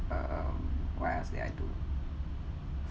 um what else did I do